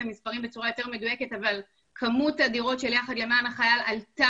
המספרים בצורה יותר מדויקת אבל כמות הדירות של יחד למען החיל עלתה